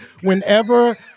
whenever